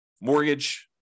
mortgage